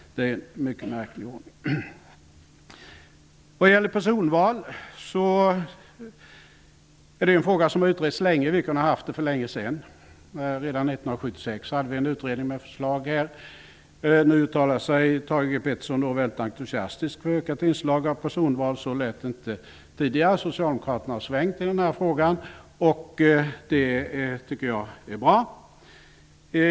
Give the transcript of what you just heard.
Det är en mycket märklig ordning. Frågan om personval har utretts länge. Vi kunde ha haft sådana för länge sedan. Redan 1976 kom en utredning med förslag. Thage G Peterson uttalar sig nu mycket entusiastiskt för ökat inslag av personval. Så lät det inte tidigare. Socialdemokraterna har svängt i den här frågan, och det är bra.